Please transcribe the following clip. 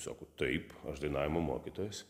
sako taip aš dainavimo mokytojas